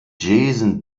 jason